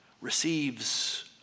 receives